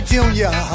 Junior